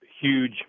huge